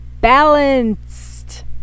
balanced